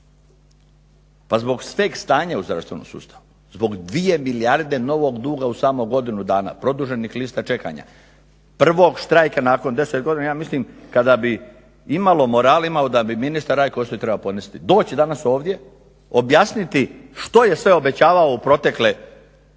Pa zbog sveg stanja u zdravstvenom sustavu, zbog 2 milijarde novog duga u samo godinu dana, produženih lista čekanja, prvog štrajka nakon 10 godina ja mislim kada bi imalo morala imao da bi ministar Rajko Ostojić trebao podnesti, doći danas ovdje, objasniti što je sve obećavao protekle